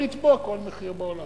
יכול לתבוע כל מחיר בעולם.